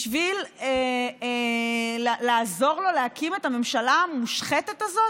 בשביל לעזור לו להקים את הממשלה המושחתת הזאת?